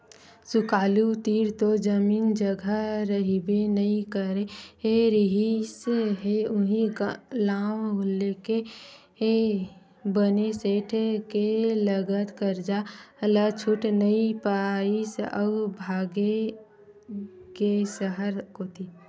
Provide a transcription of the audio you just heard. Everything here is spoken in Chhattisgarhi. सुकालू तीर तो जमीन जघा रहिबे नइ करे रिहिस हे उहीं नांव लेके बने सेठ के लगत करजा ल छूट नइ पाइस अउ भगागे सहर कोती